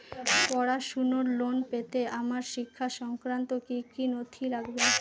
পড়াশুনোর লোন পেতে আমার শিক্ষা সংক্রান্ত কি কি নথি লাগবে?